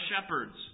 shepherds